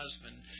husband